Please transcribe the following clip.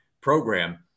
program